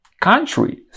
countries